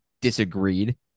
disagreed